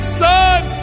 son